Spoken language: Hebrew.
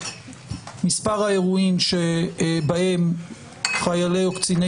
מספר האירועים שבהם חיילי או קציני